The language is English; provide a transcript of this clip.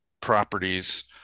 properties